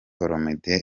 olomide